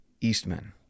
Eastman